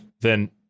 then-